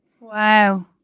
Wow